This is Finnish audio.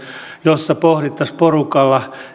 jossa pohdittaisiin porukalla